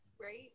right